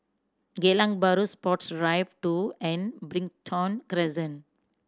Geylang Bahru Sports Drive Two and Brighton Crescent